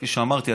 כפי שאמרתי,